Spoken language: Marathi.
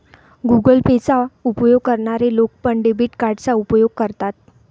गुगल पे चा उपयोग करणारे लोक पण, डेबिट कार्डचा उपयोग करतात